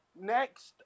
next